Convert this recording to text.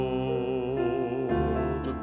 Lord